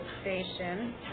station